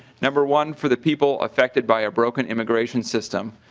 number one for the people affected by a broken immigration system.